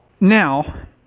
Now